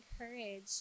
encourage